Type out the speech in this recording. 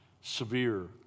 severe